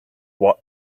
what